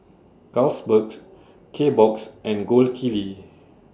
Carlsbergs Kbox and Gold Kili